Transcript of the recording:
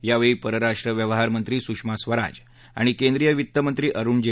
यावेळी परराष्ट्र व्यवहार मंत्री सुषमा स्वराज आणि केंद्रीय वित्त मंत्री अरुण जे